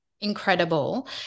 incredible